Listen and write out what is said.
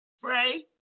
Pray